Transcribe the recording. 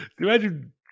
Imagine